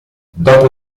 dopo